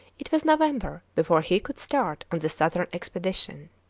it was november before he could start on the southern expedition.